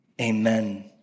Amen